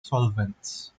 solvents